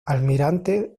almirante